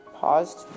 paused